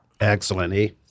Excellent